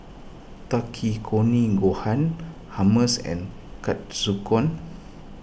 Takikomi Gohan Hummus and